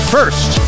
First